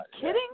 kidding